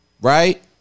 Right